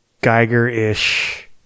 Geiger-ish